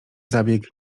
zabieg